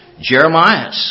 Jeremiah